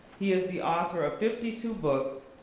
he is the author of fifty two books,